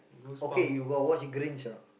okay you got watch Grinch or not